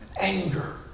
anger